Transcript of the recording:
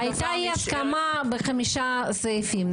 הייתה אי הסכמה בחמישה סעיפים.